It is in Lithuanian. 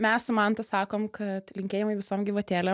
mes su mantu sakom kad linkėjimai visom gyvatėlėm